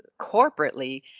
corporately